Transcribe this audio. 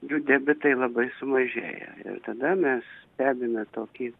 jų debitai labai sumažėja ir tada mes stebime tokį